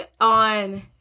on